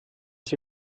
sie